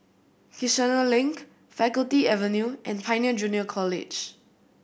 Kiichener Link Faculty Avenue and Pioneer Junior College